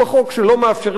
שלא מאפשר להם לחיות,